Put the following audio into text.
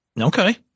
Okay